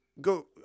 go